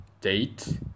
date